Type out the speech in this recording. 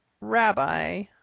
rabbi